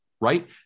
right